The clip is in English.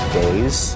days